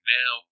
now